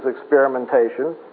experimentation